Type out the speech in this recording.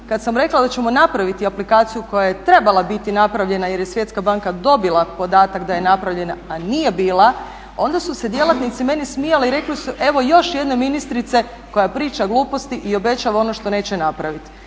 kad sam rekla da ćemo napraviti aplikaciju koja je trebala biti napravljena jer je Svjetska banka dobila podatak da je napravljena a nije bila onda su se djelatnici meni smijali i rekli su evo još jedne ministrice koja priča gluposti i obećava ono što neće napraviti.